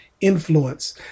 influence